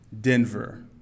denver